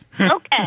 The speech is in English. Okay